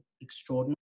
extraordinary